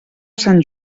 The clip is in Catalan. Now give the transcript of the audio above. sant